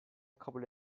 kabul